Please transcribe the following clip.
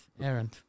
errand